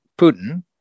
Putin